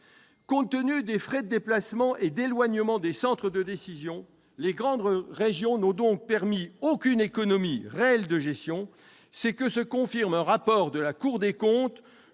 Compte tenu des frais de déplacement et de l'éloignement des centres de décision, les grandes régions n'ont donc permis aucune économie réelle de gestion. C'est ce que confirme un rapport de la Cour des comptes.